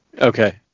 Okay